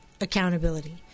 accountability